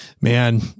man